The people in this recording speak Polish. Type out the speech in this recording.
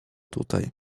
tutaj